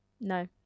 No